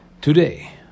Today